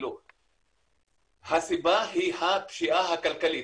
הסיבה היא הפשיעה הכלכלית,